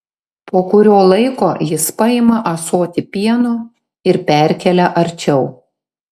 po kurio laiko jis paima ąsotį pieno ir perkelia arčiau